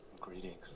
Greetings